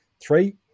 three